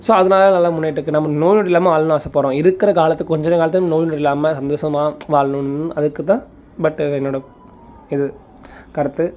so அதனால நல்லா முன்னேறிட்டுருக்கு நம்ம நோய் நொடி இல்லாமல் வாழணும் ஆசைப்பட்றோம் இருக்கிற காலத்துக்கு கொஞ்சோண்டு காலத்துக்கு நம்ம நோய்நொடி இல்லாமல் சந்தோசமாக வாழணுன்னு அதுக்குதான் பட் என்னோட இது கருத்து